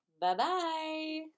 Bye-bye